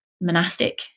monastic